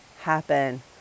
happen